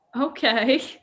Okay